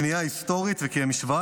"כניעה היסטורית" כי "המשוואה,